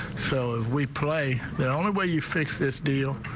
so ah we play the only way you fix this deal.